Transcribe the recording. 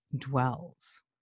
dwells